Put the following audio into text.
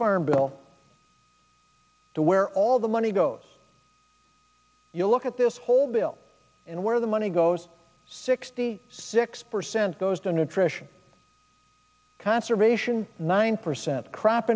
farm bill to where all the money goes you look at this whole bill and where the money goes sixty six percent goes to nutrition conservation nine percent crop